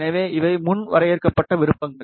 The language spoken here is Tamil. எனவே இவை முன் வரையறுக்கப்பட்ட விருப்பங்கள்